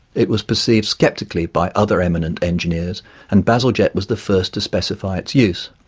it was perceived sceptically by other eminent engineers and bazalgette was the first to specify its use,